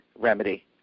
remedy